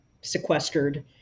sequestered